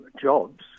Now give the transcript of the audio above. jobs